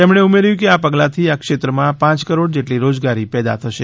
તેમણે ઉમેર્થું કે આ પગલાંથી આ ક્ષેત્રમાં પાંચ કરોડ જેટલી રોજગારી પેદા થશે